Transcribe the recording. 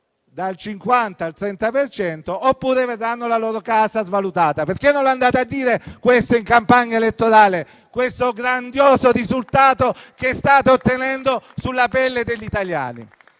dal 50 al 30 per cento, oppure vedranno la loro casa svalutata. Perché non andate a dire questo in campagna elettorale, il grandioso risultato che state ottenendo sulla pelle degli italiani?